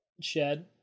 Shed